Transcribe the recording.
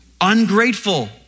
Ungrateful